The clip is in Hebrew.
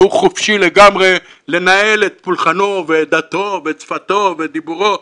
והוא חופשי לגמרי לנהל את פולחנו ואת דתו ואת שפתו ואת דיבורו,